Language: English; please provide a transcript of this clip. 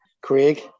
Craig